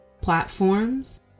platforms